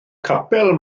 capel